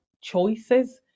choices